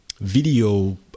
video